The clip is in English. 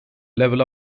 level